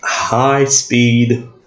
High-speed